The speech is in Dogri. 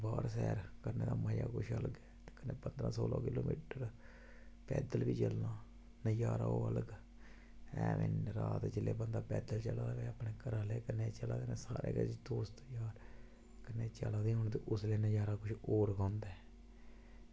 बाहर सैर करने दा गै मज़ा किश अलग ऐ ते कन्नै पंदरां सौलां किलोमीटर पैदल बी चलना नज़ारा ओह् अलग ऐ ते नज़ारा जेल्लै बंदा पैदल चला दा होऐ घरा आह्ले कन्नै चला दे होन दोस्त यार कन्नै चला दे होन ते उसलै नज़ारा किश होर गै होंदा